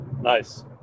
nice